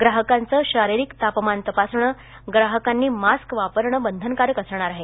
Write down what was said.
ग्राहकांचं शारीरिक तापमान तपासण ग्राहकांनी मास्क वापरान बंधनकारक असणार आहे